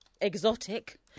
exotic